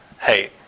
hey